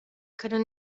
können